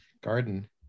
garden